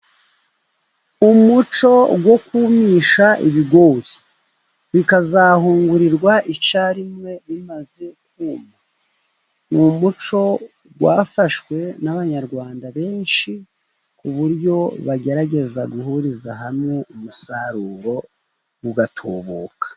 Umuco wo kumisha ibigori bikazahungurirwa icyarimwe bimaze kuma. Ni umuco wafashwe n'abanyarwanda benshi, ku buryo bagerageza guhuriza hamwe umusaruro ugatubuka.